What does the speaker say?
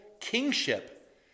kingship